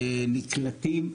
נקלטים,